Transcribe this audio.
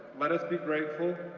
let us be grateful,